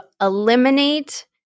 eliminate